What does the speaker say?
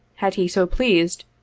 had he so pleased,